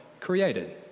created